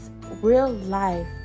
real-life